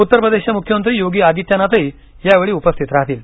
उत्तर प्रदेशचे मुख्यमंत्री योगी आदित्यनाथही यावेळी उपस्थित राहतील